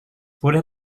boleh